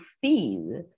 feed